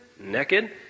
naked